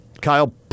Kyle